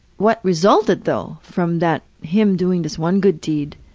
what resulted though from that him doing this one good deed